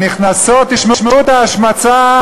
תשמעו את ההשמצה: